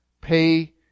Pay